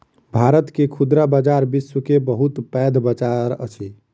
भारत के खुदरा बजार विश्व के बहुत पैघ बजार अछि